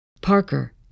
Parker